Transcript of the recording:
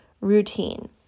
routine